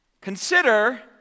Consider